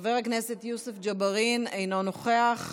חבר הכנסת יוסף ג'בארין, אינו נוכח,